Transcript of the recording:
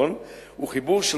הוא חיבור של